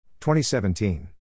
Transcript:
2017